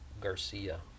Garcia